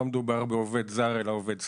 לא מדובר בעובד זר אלא בעובד סיעודי.